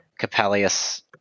Capellius